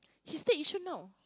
he stay Yishun now